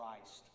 christ